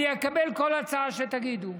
אני אקבל כל הצעה שתגידו.